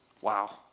Wow